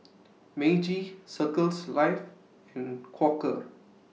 Meiji Circles Life and Quaker